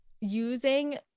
using